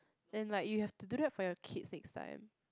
and like you have to do that for your kids next time